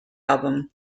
album